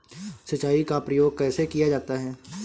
सिंचाई का प्रयोग कैसे किया जाता है?